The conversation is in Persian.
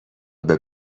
اینکه